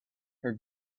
her